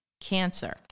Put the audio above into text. Cancer